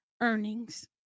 earnings